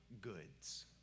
goods